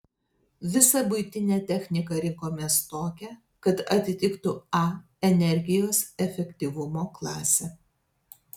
visą buitinę techniką rinkomės tokią kad atitiktų a energijos efektyvumo klasę